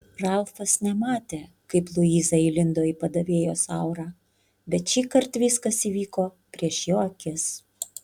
ralfas nematė kaip luiza įlindo į padavėjos aurą bet šįkart viskas įvyko prieš jo akis